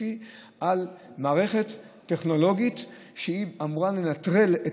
ספציפית על מערכת טכנולוגית שאמורה לנטרל את